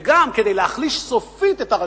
וגם כדי להחליש סופית את הרשות,